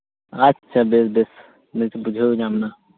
ᱟᱪᱪᱷᱟ ᱵᱮᱥ ᱵᱮᱥ ᱵᱩᱡᱷᱟᱹᱣ ᱧᱟᱢᱮᱱᱟ